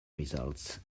results